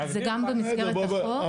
זה גם במסגרת החוק --- בסדר, בסדר.